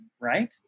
right